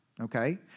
Okay